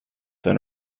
then